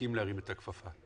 הסכים להרים את הכפפה.